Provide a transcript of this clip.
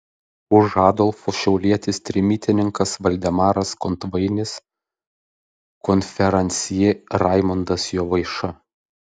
už adolfo šiaulietis trimitininkas valdemaras kontvainis konferansjė raimundas jovaiša